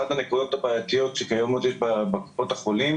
אחת הנקודות הבעייתיות שקיימות היום בקופות החולים